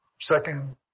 Second